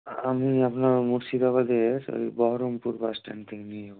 আমি আপনার মুর্শিদাবাদের ওই বহরমপুর বাস স্ট্যান্ড থেকে নিয়ে যাব